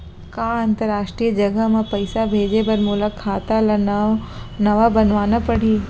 का अंतरराष्ट्रीय जगह म पइसा भेजे बर मोला खाता ल नवा बनवाना पड़ही?